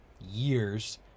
years